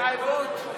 4),